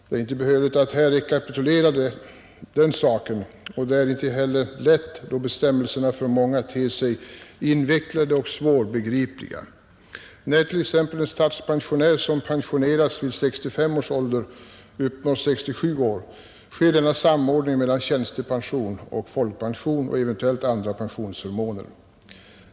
Det är inte behövligt att här rekapitulera detta, och det är inte heller lätt, eftersom bestämmelserna för många ter sig invecklade och svårbegripliga. När t.ex. en statspensionär, som pensionerats vid 65 års ålder, uppnår 67 år, sker denna samordning mellan tjänstepension och folkpension och eventuellt andra pensionsförmåner.